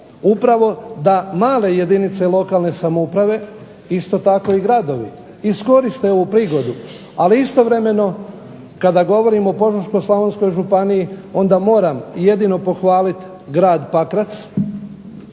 upravo da male jedinice lokalne samouprave, isto tako i gradovi, iskoriste ovu prigodu, ali istovremeno kada govorimo o Požeško-slavonskoj županiji onda moram jedino pohvalit grad Pakrac